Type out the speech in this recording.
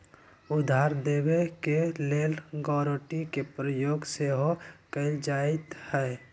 उधार देबऐ के लेल गराँटी के प्रयोग सेहो कएल जाइत हइ